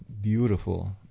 beautiful